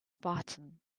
spartan